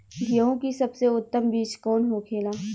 गेहूँ की सबसे उत्तम बीज कौन होखेला?